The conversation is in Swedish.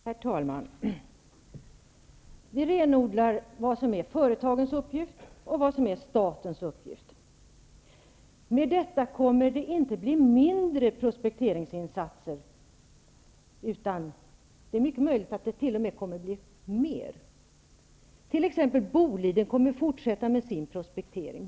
Herr talman! Vi renodlar vad som är företagens uppgift och vad som är statens. Detta kommer inte att leda till att det blir mindre prospekteringsinsatser, utan det är mycket möjligt att det t.o.m. kommer att bli mer. T.ex. Boliden kommer att fortsätta med sin prospektering.